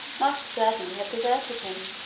must certainly have diverted him,